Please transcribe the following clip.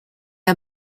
are